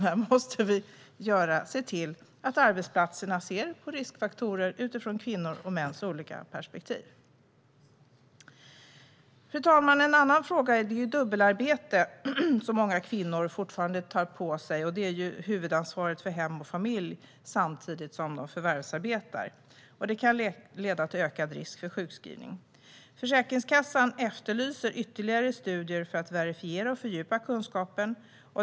Här måste vi se till att man på arbetsplatserna ser på riskfaktorer utifrån kvinnors och mäns olika perspektiv. Fru talman! En annan fråga är det dubbelarbete som många kvinnor fortfarande tar på sig. Det handlar om huvudansvaret för hem och familj samtidigt som kvinnor förvärvsarbetar. Det kan leda till ökad risk för sjukskrivning. Försäkringskassan efterlyser ytterligare studier för att verifiera och fördjupa kunskapen.